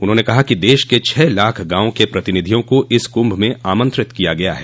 उन्होंने कहा कि देश के छह लाख गांवों के प्रतिनिधियों को इस कुंभ में आमंत्रित किया गया है